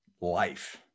life